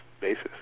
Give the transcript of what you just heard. basis